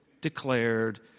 declared